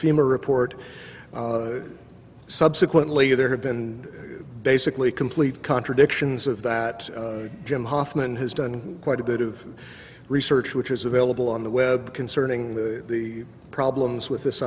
fema report subsequently there have been basically complete contradictions of that jim hofmann has done quite a bit of research which is available on the web concerning the the problems with this